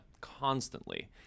constantly